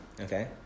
okay